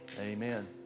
Amen